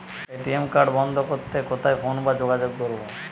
ATM card বন্ধ করতে কোথায় ফোন বা যোগাযোগ করব?